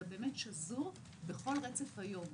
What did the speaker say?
אלא שזור בכל רצף היום,